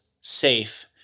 safe